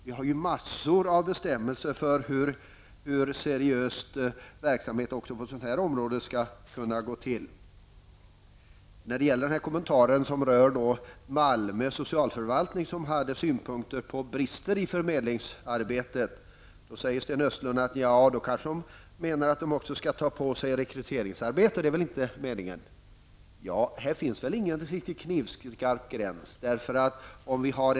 Vi har ju en mängd bestämmelser som säger hur en seriös verksamhet också på ett område som detta skall ske. Så något om Malmö socialförvaltning, som hade synpunkter på detta med bristerna i förmedlingsarbetet. Sten Östlund säger att man kan få ett intryck av att förmedlingen också skall ta på sig ansvaret för rekryteringsarbetet och att det väl inte är meningen. Jag vill då framhålla att det nog inte finns någon riktig knivskarp gräns i det här avseendet.